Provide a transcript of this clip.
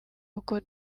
uko